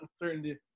uncertainty